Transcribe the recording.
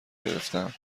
گرفتم